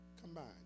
combined